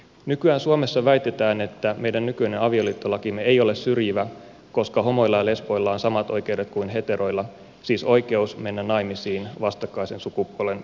nykyään suomessa väitetään että meidän nykyinen avioliittolakimme ei ole syrjivä koska homoilla ja lesboilla on samat oikeudet kuin heteroilla siis oikeus mennä naimisiin vastakkaisen sukupuolen edustajan kanssa